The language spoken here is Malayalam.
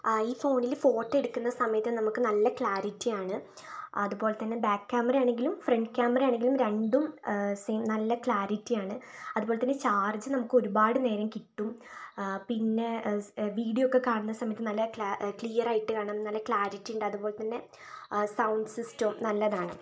ഈ ഫോണിൽ ഫോട്ടോ എടുക്കുന്ന സമയത്ത് നമുക്ക് നല്ല ക്ലാരിറ്റി ആണ് അതുപോലെ തന്നെ ബാക്ക് ക്യാമറ ആണെങ്കിലും ഫ്രണ്ട് ക്യാമറ ആണെങ്കിലും രണ്ടും സെയിം നല്ല ക്ലാരിറ്റി ആണ് അതുപോലെ തന്നെ ചാർജ് നമുക്ക് ഒരുപാട് നേരം കിട്ടും പിന്നെ വീഡിയോ ഒക്കെ കാണണ സമയത്ത് നല്ല ക്ലിയർ ആയിട്ട് കാണാം നല്ല ക്ലാരിറ്റി ഉണ്ട് അതുപോലെ തന്നെ സൗണ്ട് സിസ്റ്റം നല്ലതാണ്